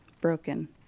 broken